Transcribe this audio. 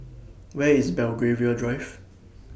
Where IS Belgravia Drive